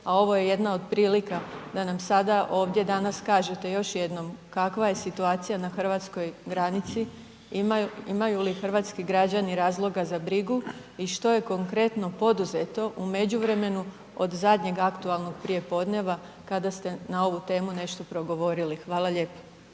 a ovo je jedna od prilika da nam sada ovdje danas kažete još jednom, kakva je situacija na hrvatskoj granici? Imaju li hrvatski građani razloga za brigu? I što je konkretno poduzeto u međuvremenu od zadnjeg aktualnog prijepodneva kada ste na ovu temu nešto progovorili? Hvala lijepo.